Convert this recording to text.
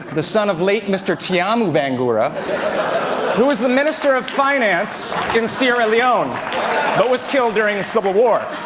the son of late mr thaimu um and bangura who was the minister of finance in sierra leone but was killed during the civil war.